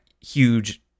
huge